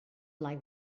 like